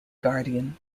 guardian